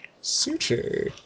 Suture